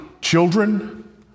Children